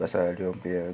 pasal dorang punya